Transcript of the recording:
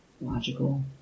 logical